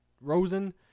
Rosen